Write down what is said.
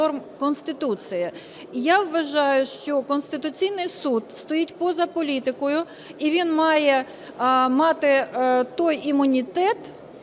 Я вважаю, що Конституційний Суд стоїть поза політикою і він має мати той імунітет,